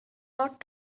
not